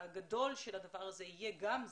הגדול של הדבר הזה יהיה גם זה,